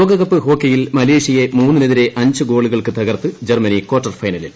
ലോകകപ്പ് ഹോക്കിയിൽ മലേഷ്യയെ മൂന്നിനെതിരെ അഞ്ച് ഗോളുകൾക്ക് തകർത്ത് ജർമ്മനി ക്വാർട്ടർ ഫൈനലിൽ